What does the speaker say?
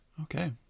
okay